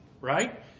right